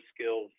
skills